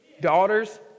Daughters